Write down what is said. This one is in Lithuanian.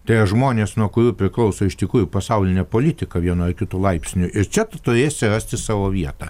tie žmonės nuo kurių priklauso iš tikrųjų pasaulinė politiką vienu ar kitu laipsniu ir čia tu turėsi rasti savo vietą